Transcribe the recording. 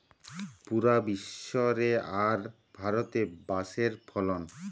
পুরা বিশ্ব রে আর ভারতে বাঁশের ফলন